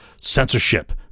censorship